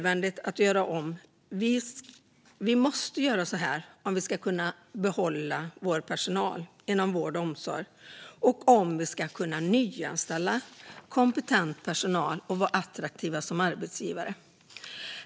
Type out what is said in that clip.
Vi måste göra det här om vi ska kunna behålla personalen inom vård och omsorg, kunna nyanställa kompetent personal och vara attraktiva arbetsgivare.